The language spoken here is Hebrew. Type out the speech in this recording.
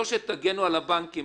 לא שתגנו על הבנקים,